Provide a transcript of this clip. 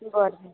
बरं मॅम